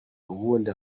ubundi